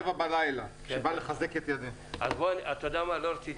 למה לא?